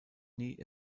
nie